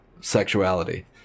sexuality